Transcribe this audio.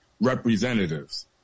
representatives